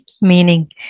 meaning